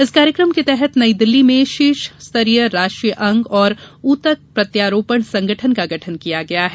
इस कार्यक्रम के तहत नई दिल्लीं में शीर्ष स्तरीय राष्ट्रीय अंग और ऊतक प्रत्यारोपण संगठन का गठन किया गया है